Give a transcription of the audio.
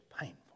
painful